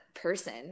person